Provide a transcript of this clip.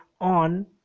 on